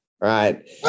Right